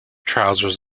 trousers